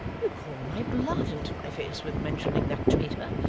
you call my blood into my face with mentioning that traitor.